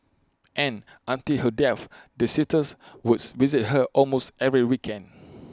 and until her death the sisters Woods visit her almost every weekend